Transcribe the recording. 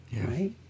right